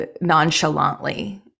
nonchalantly